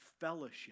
fellowship